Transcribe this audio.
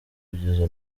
kugeza